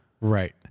Right